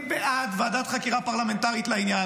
בעד ועדת חקירה פרלמנטרית לעניין.